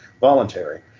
voluntary